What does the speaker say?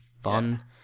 fun